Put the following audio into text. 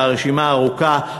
והרשימה ארוכה,